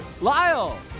lyle